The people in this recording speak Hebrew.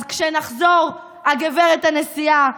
אז כשנחזור, הגברת הנשיאה,